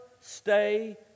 stay